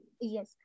Yes